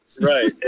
Right